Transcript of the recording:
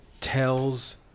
tells